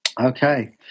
Okay